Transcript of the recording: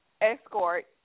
escort